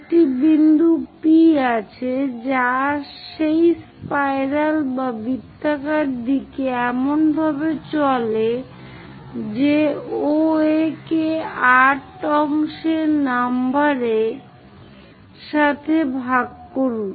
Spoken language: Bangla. একটি বিন্দু P আছে যা সেই স্পাইরাল বা বৃত্তাকার দিকে এমনভাবে চলে যে OA কে 8 অংশে নাম্বারের সাথে ভাগ করুন